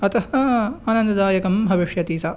अतः आनन्ददायकं भविष्यति सा